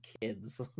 kids